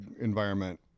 environment